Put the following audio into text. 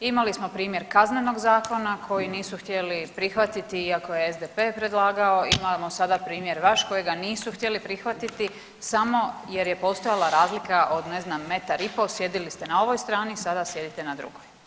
Imali smo primjer Kaznenog zakona koji nisu htjeli prihvatiti iako je SDP predlagao, imamo sad primjer vaš kojega nisu prihvatiti samo jer je postojala razlika od ne znam metar i po, sjedili ste na ovoj strani, sada sjedite na drugoj.